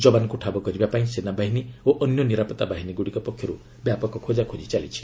ଯବାନଙ୍କୁ ଠାବ କରିବା ପାଇଁ ସେନାବାହିନୀ ଓ ଅନ୍ୟ ନିରାପତ୍ତା ବାହିନୀ ପକ୍ଷର୍ ବ୍ୟାପକ ଖୋଜାଖୋଜି ଚାଲିଛି